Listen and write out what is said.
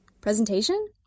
Presentation